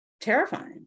terrifying